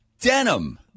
denim